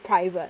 private